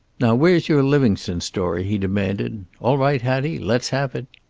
now where's your livingstone story? he demanded. all right, hattie. let's have it.